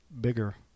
bigger